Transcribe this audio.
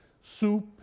soup